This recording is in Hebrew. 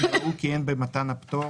אם ראו כי אין במתן הפטור